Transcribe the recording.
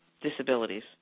disabilities